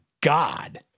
God